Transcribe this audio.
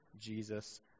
Jesus